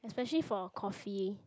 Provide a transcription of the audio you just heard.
especially for coffee